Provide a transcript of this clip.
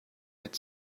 had